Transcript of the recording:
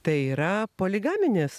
tai yra poligaminės